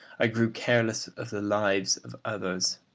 i grew careless of the lives of others.